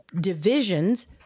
divisions